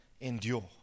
endure